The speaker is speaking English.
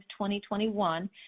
2021